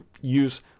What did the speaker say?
use